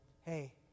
Hey